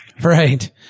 Right